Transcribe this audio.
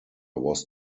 was